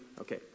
Okay